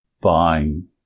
buying